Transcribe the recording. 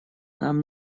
нам